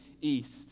east